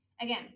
again